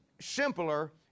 simpler